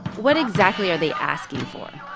what exactly are they asking for?